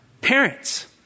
Parents